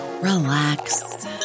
relax